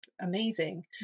amazing